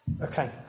Okay